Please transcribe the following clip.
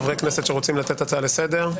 הצעה לסדר קצרה חברי הכנסת שרוצים לתת הצעה לסדר,